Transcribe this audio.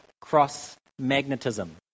cross-magnetism